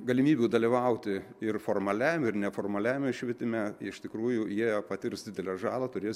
galimybių dalyvauti ir formaliajame ir neformaliajame švietime iš tikrųjų jie patirs didelę žalą turės